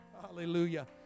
Hallelujah